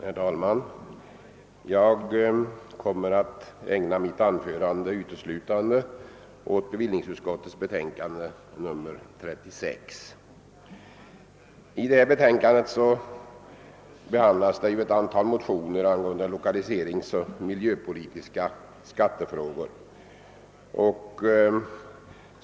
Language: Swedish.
Herr talman! Jag kommer att uteslutande ägna mitt anförande åt bevillningsutskottets betänkande nr 36. I det ta betänkande behandlas ett antal motioner angående vissa lokaliseringsoch miljöpolitiska skattefrågor.